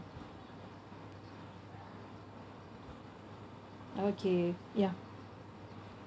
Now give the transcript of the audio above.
okay ya